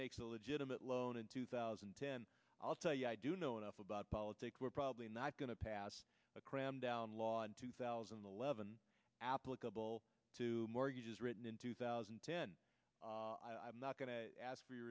makes a legitimate loan in two thousand and ten i'll tell you i do know enough about politics we're probably not going to pass a cram down law in two thousand and eleven applicable to mortgages written in two thousand and ten i'm not going to ask for your